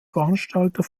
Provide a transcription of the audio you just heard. veranstalter